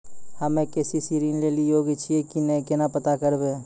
हम्मे के.सी.सी ऋण लेली योग्य छियै की नैय केना पता करबै?